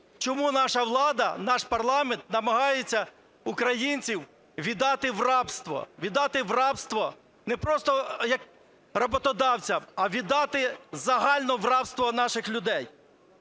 чому наша влада, наш парламент намагається українців віддати в рабство, віддати в рабство не просто як роботодавців, а віддати загально в рабство наших людей.